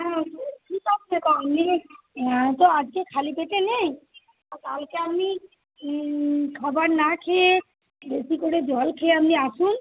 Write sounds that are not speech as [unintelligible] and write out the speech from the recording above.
হ্যাঁ [unintelligible] নায়তো আজকে খালি পেটে নেই কালকে আপনি খাবার না খেয়ে বেশি করে জল খেয়ে আপনি আসুন